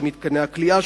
של מתקני הכליאה,